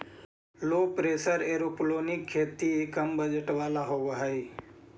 लो pressure aeroponic खेती कम budget वाला होव हई